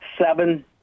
seven